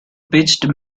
pitched